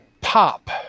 pop